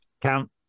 Count